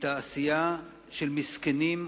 מתעשייה מסכנה,